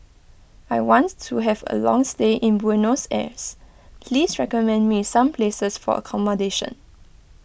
I want to have a long stay in Buenos Aires Please recommend me some places for accommodation